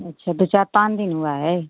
अच्छा तो चार पाँच दिन हुआ है